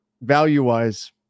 Value-wise